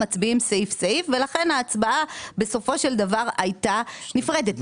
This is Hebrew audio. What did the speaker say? מצביעים סעיף סעיף ולכן ההצבעה בסופו של דבר הייתה נפרדת.